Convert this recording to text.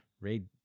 Read